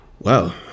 Wow